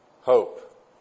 hope